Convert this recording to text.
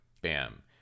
bam